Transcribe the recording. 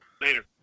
Later